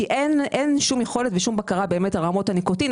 כי אין שום יכולת ושום בקרה על רמות הניקוטין,